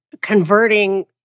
converting